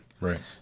Right